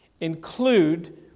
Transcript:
include